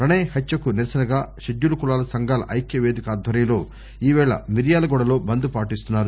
ప్రణయ్ హత్యకు నిరసనగా షెడ్యూలు కులాల సంఘాల ఐక్య వేదిక ఆధ్వర్యంలో ఈ వేళ మిర్యాలగూడ లో బంద్ పాటిస్తున్నారు